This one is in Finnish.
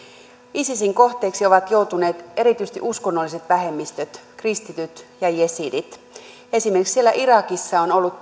isisin kohteeksi ovat joutuneet erityisesti uskonnolliset vähemmistöt kristityt ja jesidit esimerkiksi irakissa on ollut